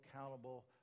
accountable